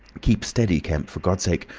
keep steady, kemp, for god's sake!